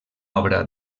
obra